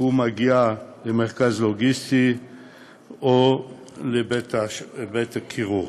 הוא מגיע למרכז לוגיסטי או לבית-הקירור.